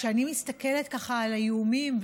כשאני מסתכלת על האיומים,